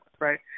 right